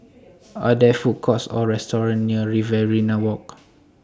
Are There Food Courts Or restaurants near Riverina Walk